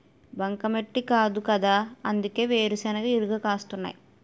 బంకమట్టి కాదుకదా అందుకే వేరుశెనగ ఇరగ కాస్తున్నాయ్